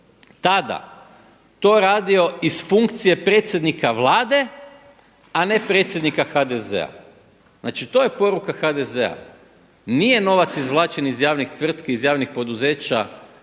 tada to radio iz funkcije predsjednika Vlade, a ne predsjednika HDZ-a. Znači to je poruka HDZ-a. Nije novac izvlačen iz javnih tvrtki, iz javnih poduzeća